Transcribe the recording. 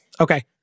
Okay